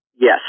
Yes